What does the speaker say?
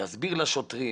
להסביר לשוטרים,